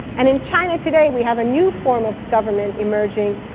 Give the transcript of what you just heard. and in china today, we have a new form of government emerging,